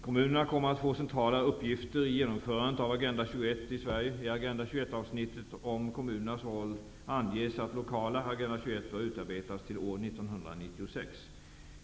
Kommunerna kommer att få centrala uppgifter i genomförandet av Agenda 21 i Sverige. I Agenda 21 bör utarbetas till år 1996.